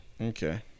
Okay